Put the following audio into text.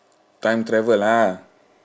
time travel ah